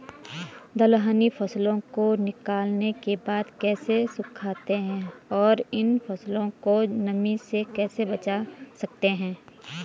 दलहनी फसलों को निकालने के बाद कैसे सुखाते हैं और इन फसलों को नमी से कैसे बचा सकते हैं?